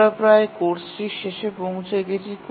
আমরা প্রায় কোর্সটির শেষে পৌঁছে গেছি